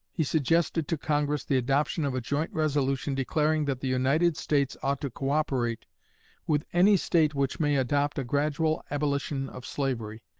he suggested to congress the adoption of a joint resolution declaring that the united states ought to co-operate with any state which may adopt a gradual abolition of slavery,